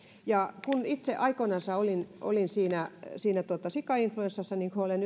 ja kun itse aikoinansa olin olin siinä siinä sikainfluenssassa niin kuin olen